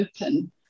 open